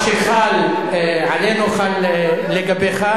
בזמן שעת שאלות, אתה מוכן לשתוק,